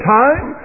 time